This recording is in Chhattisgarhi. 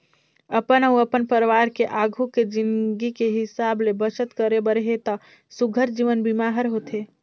अपन अउ अपन परवार के आघू के जिनगी के हिसाब ले बचत करे बर हे त सुग्घर जीवन बीमा हर होथे